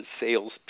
sales